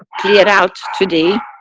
clear out today.